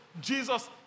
Jesus